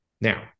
Now